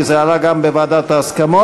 כי זה עלה גם בוועדת ההסכמות,